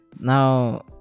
Now